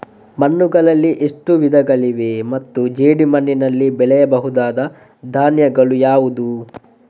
ಮಣ್ಣುಗಳಲ್ಲಿ ಎಷ್ಟು ವಿಧಗಳಿವೆ ಮತ್ತು ಜೇಡಿಮಣ್ಣಿನಲ್ಲಿ ಬೆಳೆಯಬಹುದಾದ ಧಾನ್ಯಗಳು ಯಾವುದು?